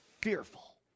fearful